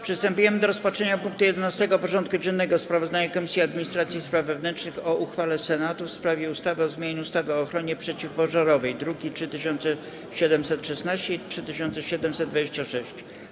Przystępujemy do rozpatrzenia punktu 11. porządku dziennego: Sprawozdanie Komisji Administracji i Spraw Wewnętrznych o uchwale Senatu w sprawie ustawy o zmianie ustawy o ochronie przeciwpożarowej (druki nr 3716 i 3726)